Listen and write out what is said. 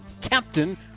captain